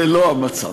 זה לא המצב.